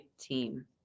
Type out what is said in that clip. team